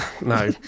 no